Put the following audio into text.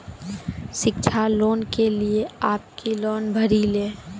शिक्षा लोन के लिए आप के ऑनलाइन फॉर्म भरी ले?